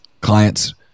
clients